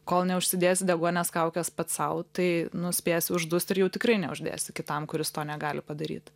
kol neužsidėsi deguonies kaukės pats sau tai nu spėsi uždust ir jau tikrai neuždėsi kitam kuris to negali padaryt